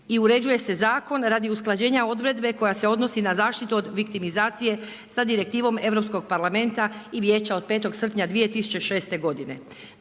i uređuje se zakon radi usklađenja odredbe koja se odnosi na zaštitu od viktimizacije, sa direktivom Europskog parlamenta i Vijeća od 05. srpnja 2006. godine.